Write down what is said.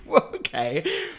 Okay